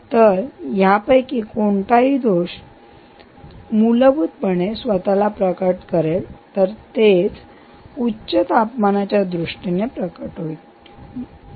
तर यापैकी कोणतेही दोष मूलभूतपणे स्वतःला प्रकट करेल तेच उच्च तापमानाच्या दृष्टीने प्रकट होईल बरोबर